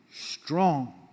strong